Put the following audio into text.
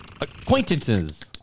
acquaintances